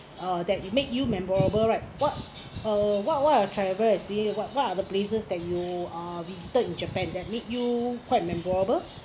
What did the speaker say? uh that it make you memorable right what uh what what are travel experience you got what are the places that you uh visited in japan that made you quite memorable